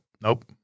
Nope